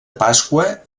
pasqua